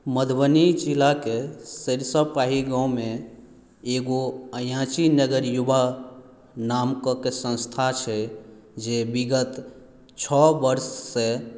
मधुबनी जिलाके सरिसब पाही गाँममे एगो अयाची नगर युवा नाम कऽ के संस्था छै जे विगत छओ वर्षसँ